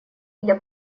для